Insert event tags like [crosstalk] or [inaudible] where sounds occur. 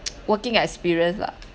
[noise] working experience lah